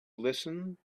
listen